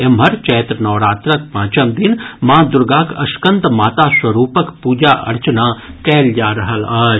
एम्हर चैत्र नवरात्रक पांचम दिन माँ दुर्गाक स्कंदमाता स्वरूपक पूजा अर्चना कयल जा रहल अछि